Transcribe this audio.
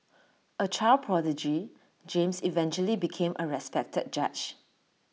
A child prodigy James eventually became A respected judge